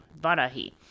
Varahi